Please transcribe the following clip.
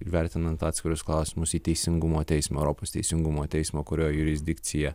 vertinant atskirus klausimus į teisingumo teismo europos teisingumo teismo kurio jurisdikcija